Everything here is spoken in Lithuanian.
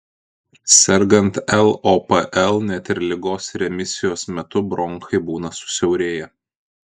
sergant lopl net ir ligos remisijos metu bronchai būna susiaurėję